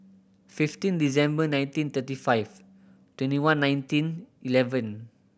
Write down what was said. fifteen December nineteen thirty five twenty one nineteen eleven